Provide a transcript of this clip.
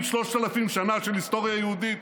שלושת אלפים שנה של היסטוריה יהודית,